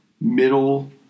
middle